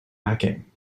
racking